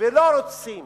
ולא רוצים